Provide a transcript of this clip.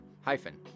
hyphen